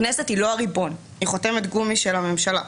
הכנסת היא לא הריבון אלא היא חותמת גומי של הממשלה.